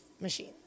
machine